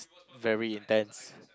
very intense